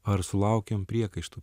ar sulaukiam priekaištų